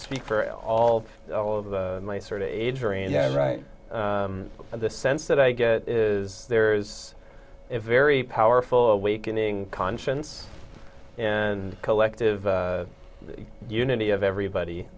speak for all all of my sort of adrian right the sense that i get is there is a very powerful awakening conscience and collective unity of everybody